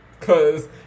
Cause